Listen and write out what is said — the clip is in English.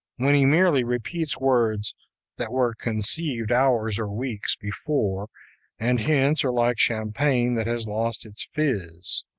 when he merely repeats words that were conceived hours or weeks before and hence are like champagne that has lost its fizz.